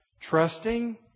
trusting